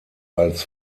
als